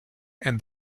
and